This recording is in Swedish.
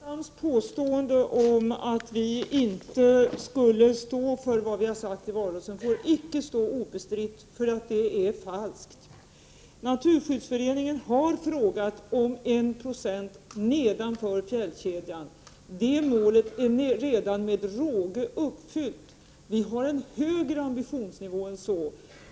Herr talman! Lars Ernestams påstående att vi inte skulle stå för vad vi har sagt i valrörelsen får icke stå obestritt, för det är falskt. Naturskyddsföreningen har frågat om en procent nedanför fjällkedjan. Det målet är redan med råge uppfyllt. Vi har en högre ambitionsnivå än så.